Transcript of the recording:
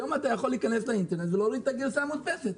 היום אתה יכול להיכנס לאינטרנט ולהוריד את הגרסה המודפסת.